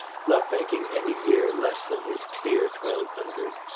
not making any year less than his clear twelve hundred.